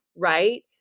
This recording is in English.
right